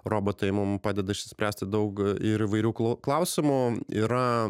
robotai mum padeda išsispręsti daug ir įvairių klau klausimų yra